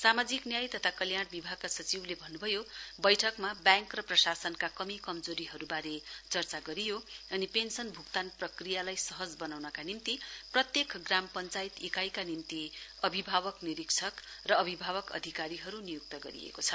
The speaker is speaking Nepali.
सामाजिक न्याय तथा कल्याण विभागका सचिवले अन्न्भयो बैठकमा ब्याङ्क र प्रशासनका कमी कमजोरीहरुवारे चर्चा गरियो अनि पेन्सन भूक्तान प्रक्रियालाई सहज बताउनका निम्ति प्रत्येक ग्राम पञ्चायत इकाइका निम्ति अभिभावक निरीक्षक र अभिभावक अधिकारीहरु नियुक्त गरिएको छ